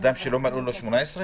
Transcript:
אדם שלא מלאו לו 18?